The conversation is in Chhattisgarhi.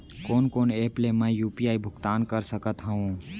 कोन कोन एप ले मैं यू.पी.आई भुगतान कर सकत हओं?